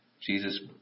Jesus